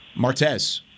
Martez